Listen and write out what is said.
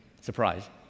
Surprise